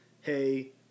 Hey